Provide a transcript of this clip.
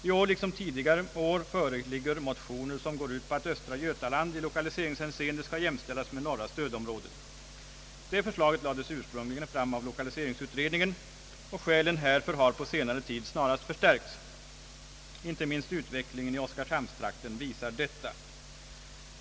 I år liksom tidigare föreligger motioner som går ut på att östra Götaland i lokaliseringshänseende jämställes med norra stödområdet. Det förslaget lades ursprungligen fram av l1okaliseringsutredningen, och skälen härför har på senare tid snarast förstärkts. Inte minst utvecklingen i oskarshamnstrakten visar detta.